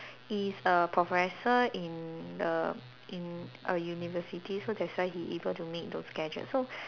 he is a professor in a in a university so that's why he able to make those gadgets so